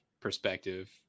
perspective